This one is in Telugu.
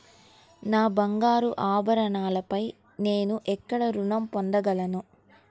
నా బంగారు ఆభరణాలపై నేను ఎక్కడ రుణం పొందగలను?